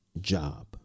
job